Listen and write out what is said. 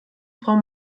frau